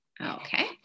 Okay